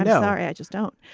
and sorry, i just don't.